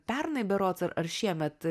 pernai berods ar ar šiemet